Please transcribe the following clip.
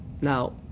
Now